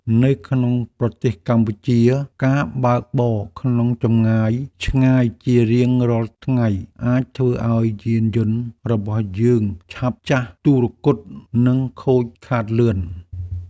នៅក្នុងប្រទេសកម្ពុជា ការបើកបរក្នុងចម្ងាយឆ្ងាយជារៀងរាល់ថ្ងៃអាចធ្វើឱ្យយានយន្តរបស់យើងឆាប់ចាស់ទុរគត និងខូចខាតលឿន។